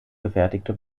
gefertigte